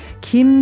Kim